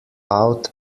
out